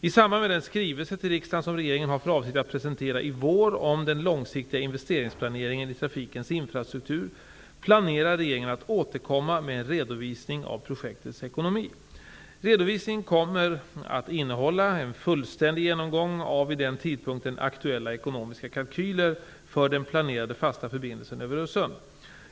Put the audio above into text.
I samband med den skrivelse till riksdagen som regeringen har för avsikt att presentera i vår om den långsiktiga investeringsplaneringen i trafikens infrastruktur planerar regeringen att återkomma med en redovisning av projektets ekonomi. Redovisningen kommer att innehålla en fullständig genomgång av vid den tidpunkten aktuella ekonomiska kalkyler för den planerade fasta förbindelsen över Öresund.